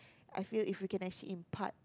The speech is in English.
I feel if you can exceed in part